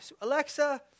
Alexa